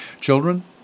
Children